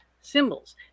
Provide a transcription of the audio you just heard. symbols